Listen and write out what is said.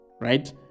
right